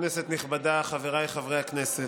כנסת נכבדה, חבריי חברי הכנסת,